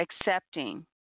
accepting